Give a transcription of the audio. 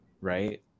right